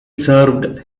severed